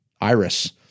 Iris